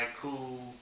cool